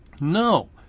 No